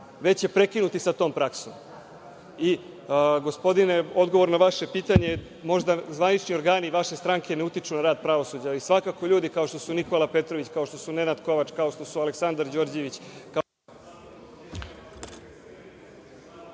već će prekinuti sa tom praksom. Gospodine, odgovor na vaše pitanje, možda zvanični organi vaše stranke ne utiču na rad pravosuđa, ali svakako ljudi kao što su Nikola Petrović, kao što su Nenad Kovač, kao što su Aleksandar Đorđević, kao što…